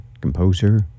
composer